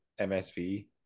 msv